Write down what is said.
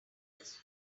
this